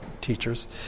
teachers